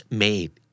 made